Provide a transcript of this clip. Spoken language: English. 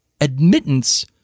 admittance